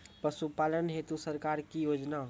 पशुपालन हेतु सरकार की योजना?